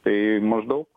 tai maždaug